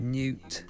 Newt